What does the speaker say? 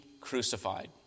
crucified